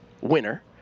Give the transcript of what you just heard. winner